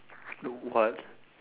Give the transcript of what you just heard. look what